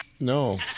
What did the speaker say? No